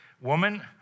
Woman